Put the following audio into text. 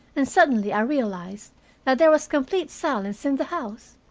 and suddenly i realized that there was complete silence in the house.